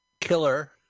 Killer